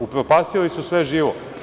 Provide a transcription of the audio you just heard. Upropastili su sve živo.